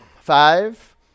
Five